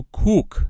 cook